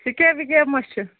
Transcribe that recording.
سِکیب وِکیب ما چھِ